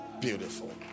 Beautiful